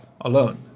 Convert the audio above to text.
alone